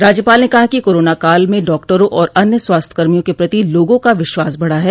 राज्यपाल ने कहा कि कोरोनाकाल में डॉक्टरों और अन्य स्वास्थ्यकर्मियों के प्रति लोगों का विश्वास बढ़ा है